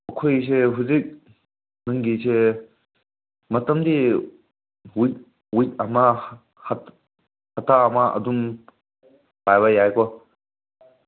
ꯑꯩꯈꯣꯏꯁꯦ ꯍꯧꯖꯤꯛ ꯅꯪꯒꯤꯁꯦ ꯃꯇꯝꯗꯤ ꯋꯤꯛ ꯋꯤꯛ ꯑꯃ ꯍꯞꯇꯥ ꯑꯃ ꯑꯗꯨꯝ ꯄꯥꯏꯕ ꯌꯥꯏꯌꯦꯀꯣ